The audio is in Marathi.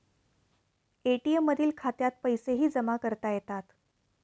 ए.टी.एम मधील खात्यात पैसेही जमा करता येतात